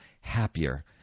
happier